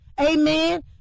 Amen